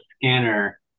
scanner